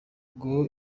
ngo